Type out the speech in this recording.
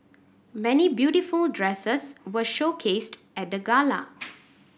many beautiful dresses were showcased at the gala